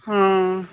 हां